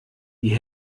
wie